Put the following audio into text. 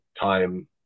time